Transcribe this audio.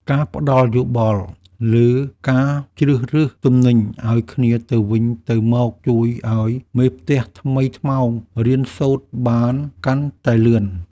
ការផ្ដល់យោបល់លើការជ្រើសរើសទំនិញឱ្យគ្នាទៅវិញទៅមកជួយឱ្យមេផ្ទះថ្មីថ្មោងរៀនសូត្របានកាន់តែលឿន។